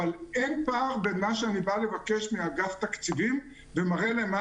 אבל אין פער בין מה שאני בא לבקש מאגף תקציבים ומראה להם מה